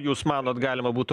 jūs manot galima būtų